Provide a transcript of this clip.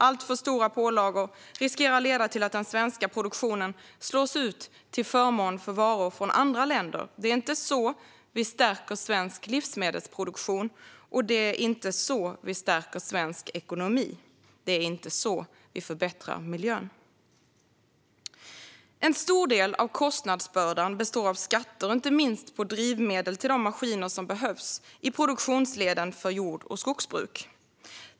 Alltför stora pålagor riskerar att leda till att den svenska produktionen slås ut till förmån för varor från andra länder. Det är inte så vi stärker svensk livsmedelsproduktion, det är inte så vi stärker svensk ekonomi och det är inte så vi förbättrar miljön. En stor del av kostnadsbördan består av skatter, inte minst på drivmedel till de maskiner som behövs i produktionsleden för jord och skogsbruk.